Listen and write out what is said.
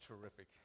terrific